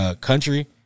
country